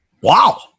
Wow